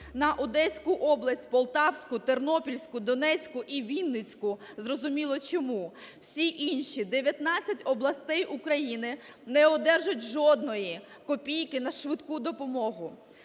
на Одеську область, Полтавську, Тернопільську, Донецьку і Вінницьку. Зрозуміло чому. Всі інші 19 областей України не одержать жодної копійки на "швидку допомогу".